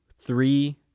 Three